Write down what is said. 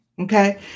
Okay